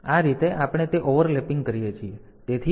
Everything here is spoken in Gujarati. તેથી આ રીતે આપણે તે ઓવરલેપિંગ કરીએ છીએ